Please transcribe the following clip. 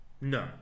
No